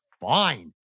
fine